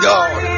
God